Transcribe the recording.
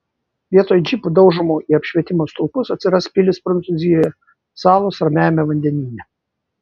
vietoj džipų daužomų į apšvietimo stulpus atsiras pilys prancūzijoje salos ramiajame vandenyne